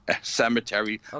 cemetery